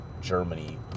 germany